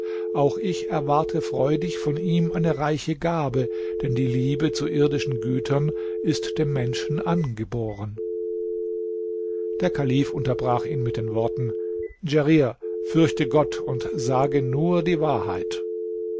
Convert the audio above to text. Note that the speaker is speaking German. auch ich erwarte freudig von ihm eine reiche gabe denn die liebe zu irdischen gütern ist dem menschen angeboren der kalif unterbrach ihn mit den worten djerir fürchte gott und sage nur die wahrheit